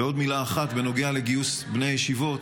ועוד מילה אחת, בנוגע לגיוס בני ישיבות